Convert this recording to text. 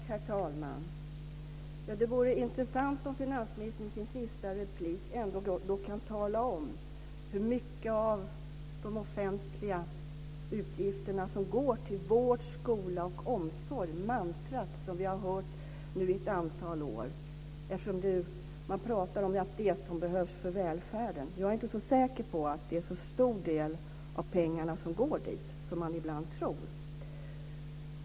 Herr talman! Det vore intressant om finansministern i sin sista replik talade om hur mycket av de offentliga utgifterna som går till vård, skola och omsorg - mantrat som vi har hört i ett antal år. Man pratar om att det är det som behövs för välfärden. Jag är inte så säker på att det är så stor del av pengarna som går dit som man ibland tror.